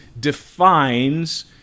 defines